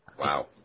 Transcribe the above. Wow